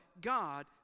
God